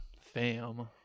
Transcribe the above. fam